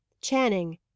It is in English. Channing